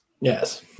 Yes